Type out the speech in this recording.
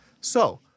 So-